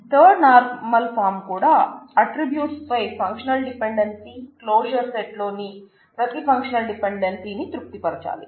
third normal form లోని ప్రతి functional డిపెండెన్సీని తృప్తి పరచాలి